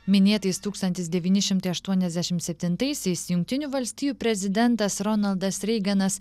minėtais tūkstantis devyni šimtai aštuoniasdešimt septintaisiais jungtinių valstijų prezidentas ronaldas reiganas